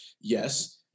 Yes